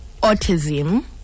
autism